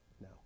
No